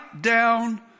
down